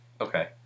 Okay